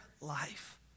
life